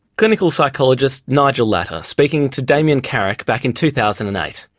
clinical psychologist nigel latta speaking to damien carrick back in two thousand and eight.